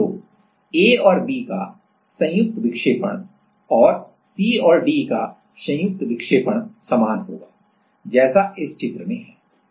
तोA और B का संयुक्त विक्षेपण और C और D का संयुक्त विक्षेपण समान होगा जैसा इस चित्र में है